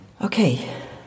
Okay